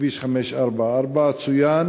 בכביש 554, צוין